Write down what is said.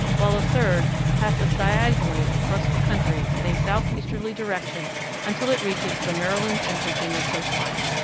while a third passes diagonally across the country in a southeasterly direction until it reaches the maryland and virginia coastline.